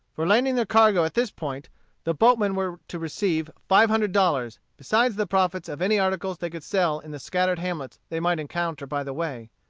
for landing their cargo at this point the boatmen were to receive five hundred dollars, besides the profits of any articles they could sell in the scattered hamlets they might encounter by the way.